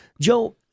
Joe